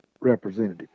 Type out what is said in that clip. representative